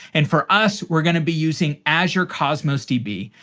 and for us, we're going to be using azure cosmos db.